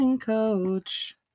coach